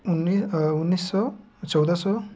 उन्नी उन्नीस सौ चौदह सौ